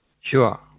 Sure